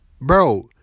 Bro